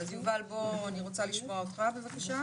יובל, אני רוצה לשמוע אותך, בבקשה.